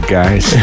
guys